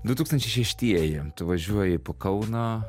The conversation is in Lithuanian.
du tūkstančiai šeštieji tu važiuoji po kauną